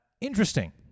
interesting